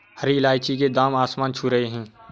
हरी इलायची के दाम आसमान छू रहे हैं